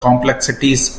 complexities